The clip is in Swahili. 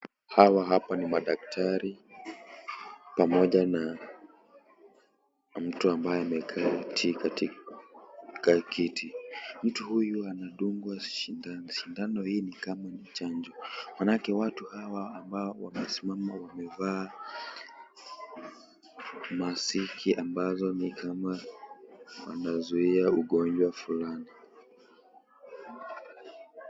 Hawa hapa ni madaktari, pamoja na mtu ambaye ameketi katika kiti. Mtu huyu anadungwa shidano. Shidano hii ni kama ni chanjo. Manaa yake watu hawa ambao wanasimama, wamevaa masiki ambazo ni kama wanazuia ugonjwa fulani.